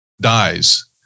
dies